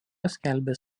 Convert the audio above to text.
paskelbė